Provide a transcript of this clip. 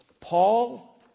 Paul